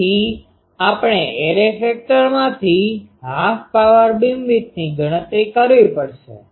તેથી આપણે એરે ફેક્ટરમાંથી હાફ પાવર બીમવિડ્થની ગણતરી કરવી પડશે